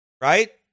right